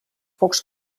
pocs